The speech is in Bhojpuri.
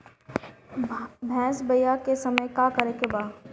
भैंस ब्यान के समय का करेके बा?